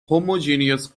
homogeneous